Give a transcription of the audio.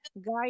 guide